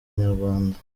inyarwanda